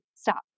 stop